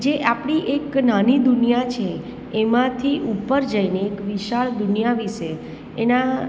જે આપણી એક નાની દુનિયા છે એમાંથી ઉપર જઈને એક વિશાળ દુનિયા વિષે એના